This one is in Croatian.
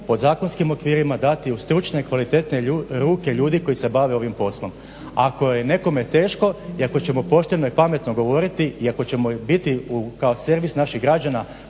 pod zakonskim okvirima dati u stručne, kvalitetne ruke ljudi koji se bave ovim poslom. Ako je nekome teško i ako ćemo pošteno i pametno govoriti, i ako ćemo biti kao servis naših građana